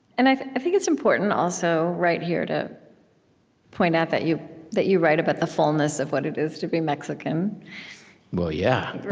and i think it's important, also, right here, to point out that you that you write about the fullness of what it is to be mexican well, yeah.